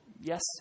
yes